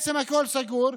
שבעצם הכול סגור,